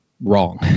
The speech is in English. wrong